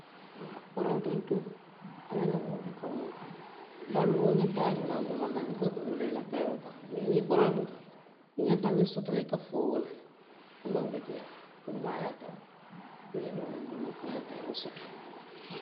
Kontontuŋo a la ñanboo buka moo, baaluo i ñanta a doomaŋ doomaŋ na le fo a buloo laa i la kayiroo kaŋ. Mee niŋ i koronta, i ñaŋ miŋ soto la i foo wo la, wo maŋ beteyaa, a kunmaayaata le. I ye a domandomaŋ fo i ye ila kayiroo soto.